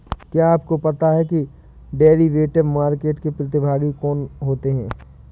क्या आपको पता है कि डेरिवेटिव मार्केट के प्रतिभागी कौन होते हैं?